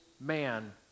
man